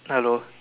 hello